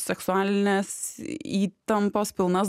seksualinės įtampos pilnas